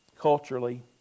culturally